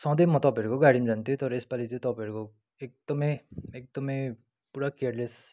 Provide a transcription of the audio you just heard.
सधैँ म तपाईँहरूको गाडीमा जान्थेँ तर यसपालि चाहिँ तपाईँहरूको एकदमै एकदमै पुरा केयरलेस